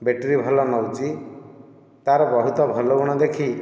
battery ଭଲ ନେଉଛି ତାହାର ବହୁତ ଭଲ ଗୁଣ ଦେଖି